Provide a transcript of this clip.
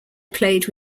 played